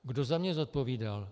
Kdo za mě zodpovídal.